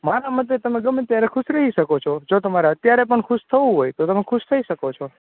મારા મતે તમે ગમે ત્યારે ખુશ રહી શકો છો જો તમારે અત્યારે ભી ખુશ થવું છે તો તમે થઇ શકો છો